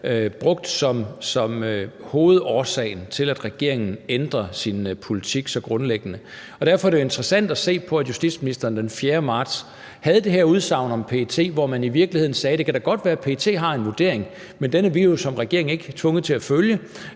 brugt som hovedårsagen til, at regeringen ændrer sin politik så grundlæggende. Derfor er det interessant at se på, at justitsministeren den 4. marts havde det her udsagn om PET, hvor man i virkeligheden sagde: Det kan da godt være, at PET har en vurdering, men den er vi jo som regering ikke tvunget til at følge;